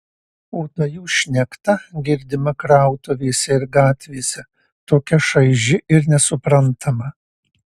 o ta jų šnekta girdima krautuvėse ir gatvėse tokia šaiži ir nesuprantama